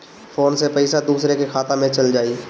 Phone से पईसा दूसरे के खाता में चल जाई?